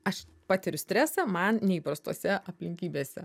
aš patiriu stresą man neįprastose aplinkybėse